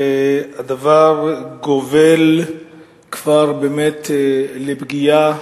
והדבר גובל כבר בפגיעה